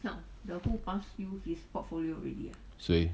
谁